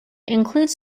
includes